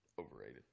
overrated